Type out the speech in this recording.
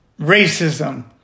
racism